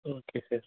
okay sir